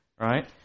Right